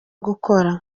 gukora